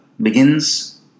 begins